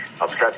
upset